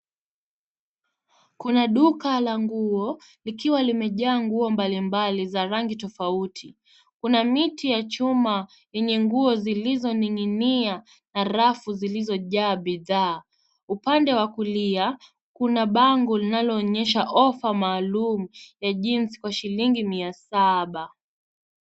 Kuna duka la nguo likiwa limejaa nguo mbalimbali za rangi tofauti. Kuna miti ya chuma yenye nguo zilizoning'inia na rafu zilizojaa bidhaa. Upande wa kulia, kuna bango linaloonyesha offer maalum ya jeans kwa shilingi mia saba.